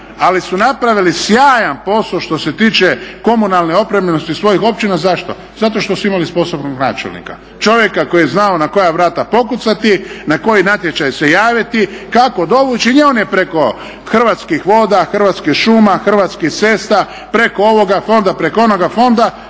ali su napravili sjajan posao što se tiče komunalne opremljenosti svojih općina. Zašto? Zato što su imali sposobnog načelnika. Čovjeka koji je znao na koja vrata pokucati, na koji natječaj se javiti, kako dovući i one preko Hrvatskih voda, Hrvatskih šuma, Hrvatskih cesta, preko ovoga fonda, preko onoga fonda